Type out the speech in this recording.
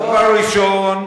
דבר ראשון,